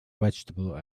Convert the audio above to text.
vegetable